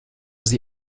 sie